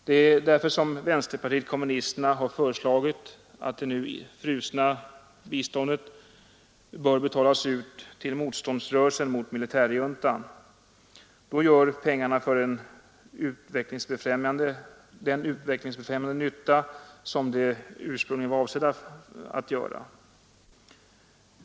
Det är därför som vänsterpartiet kommunisterna har föreslagit att det nu frusna biståndet bör betalas ut till motståndsrörelsen mot militärjuntan. Då gör pengarna den utvecklingsbefrämjande nytta som de ursprungligen var avsedda att göra.